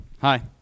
Hi